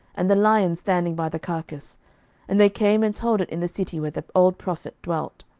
and the lion standing by the carcase and they came and told it in the city where the old prophet dwelt.